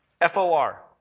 F-O-R